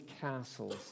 castles